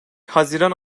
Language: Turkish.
haziran